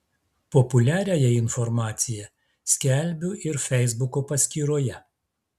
populiariąją informaciją skelbiu ir feisbuko paskyroje